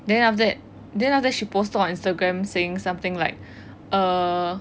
then after that then after that she posted on instagram saying something like err